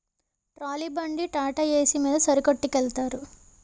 trolley బండి టాటాఏసి మీద సరుకొట్టికెలతారు